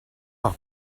par